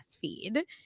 feed